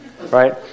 right